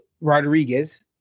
Rodriguez